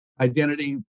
identity